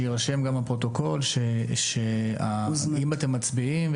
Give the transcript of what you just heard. שיירשם גם בפרוטוקול שאם אתם מתקדמים,